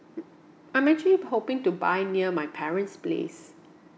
mm I'm actually hoping to buy near my parent's place